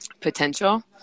potential